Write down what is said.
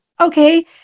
okay